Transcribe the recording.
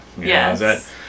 Yes